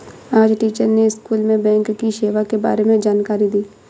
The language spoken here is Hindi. आज टीचर ने स्कूल में बैंक की सेवा के बारे में जानकारी दी